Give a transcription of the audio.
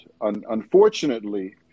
Unfortunately